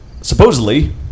Supposedly